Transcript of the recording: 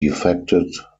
defected